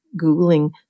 Googling